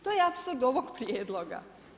To je apsurd ovog prijedloga.